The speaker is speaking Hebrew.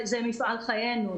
זה מפעל חיינו,